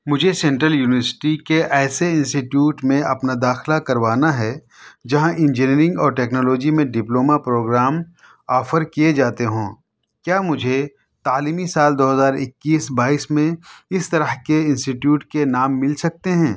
مجھے central university کے ایسے انسٹیٹیوٹ میں اپنا داخلہ کروانا ہے جہاں انجینئرنگ اور ٹیکنالوجی میں ڈپلوما پروگرام آفر کیے جاتے ہوں کیا مجھے تعلیمی سال دو ہزار اکّیس بائیس میں اس طرح کے انسٹیٹیوٹ کے نام مل سکتے ہیں